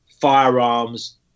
firearms